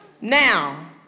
Now